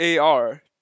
AR